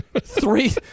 Three